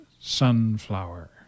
Sunflower